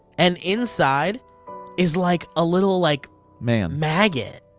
and inside is like, a little like man. maggot.